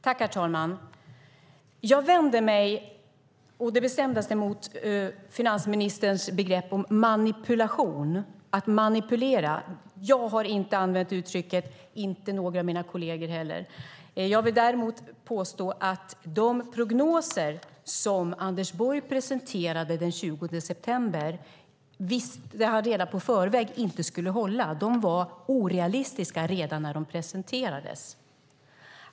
Herr talman! Jag vänder mig å det bestämdaste mot finansministerns tal om manipulation, att manipulera. Jag har inte använt det uttrycket, inte någon av mina kolleger heller. Jag vill däremot påstå att Anders Borg redan i förväg visste att de prognoser som han presenterade den 20 september inte skulle hålla. De var orealistiska redan när de presenterades.